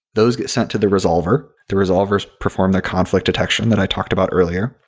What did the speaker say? those get sent to the resolver. the resolvers perform the conflict detection that i talked about earlier.